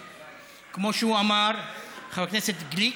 כמו שהוא אמר, חבר הכנסת גליק,